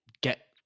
get